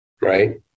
right